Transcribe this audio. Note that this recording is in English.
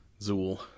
Zool